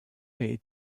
est